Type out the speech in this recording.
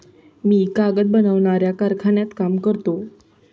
मी कागद बनवणाऱ्या कारखान्यात काम करतो